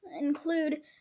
include